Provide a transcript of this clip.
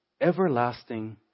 everlasting